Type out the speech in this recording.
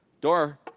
Door